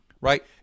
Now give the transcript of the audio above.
right